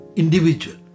individual